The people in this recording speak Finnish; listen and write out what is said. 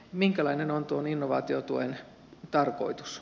minkälainen on tuon innovaatiotuen tarkoitus